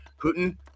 Putin